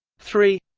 three